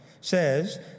says